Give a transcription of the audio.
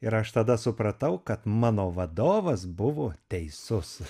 ir aš tada supratau kad mano vadovas buvo teisus